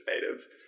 natives